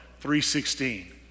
3.16